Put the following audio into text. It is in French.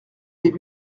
des